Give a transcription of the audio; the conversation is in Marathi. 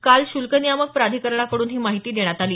काल शुल्क नियामक प्राधिकरणाकडून ही माहिती देण्यात आली